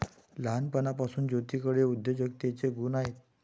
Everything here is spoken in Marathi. लहानपणापासून ज्योतीकडे उद्योजकतेचे गुण आहेत